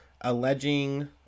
alleging